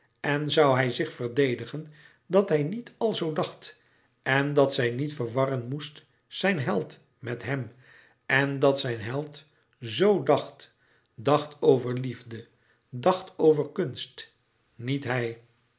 en zoû hij zich verdedigen dat hij niet alzoo dacht en dat zij niet verwarren moest zijn held met hem en dat zijn héld zoo dacht dacht over liefde dacht over kunst niet hij